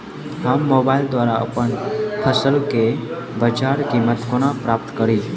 हम मोबाइल द्वारा अप्पन फसल केँ बजार कीमत कोना प्राप्त कड़ी?